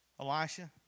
Elisha